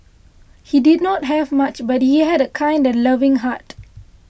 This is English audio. he did not have much but he had a kind and loving heart